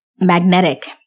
magnetic